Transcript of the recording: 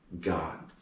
God